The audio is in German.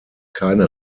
keine